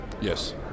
Yes